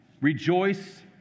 Rejoice